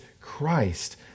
Christ